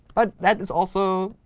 but that is also,